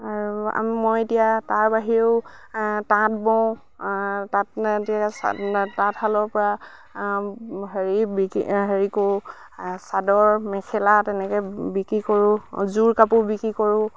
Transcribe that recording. আৰু মই এতিয়া তাৰ বাহিৰেও তাঁত বওঁ তাঁত এতিয়া তাঁতশালৰপৰা হেৰি বিকি হেৰি কৰোঁ চাদৰ মেখেলা তেনেকৈ বিক্ৰী কৰোঁ যোৰ কাপোৰ বিক্ৰী কৰোঁ